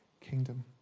kingdom